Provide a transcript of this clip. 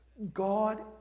God